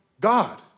God